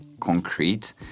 concrete